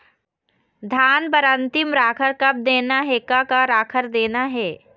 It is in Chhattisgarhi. धान बर अन्तिम राखर कब देना हे, का का राखर देना हे?